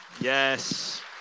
Yes